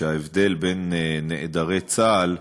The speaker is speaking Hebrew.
שההבדל בין נעדרי צה"ל,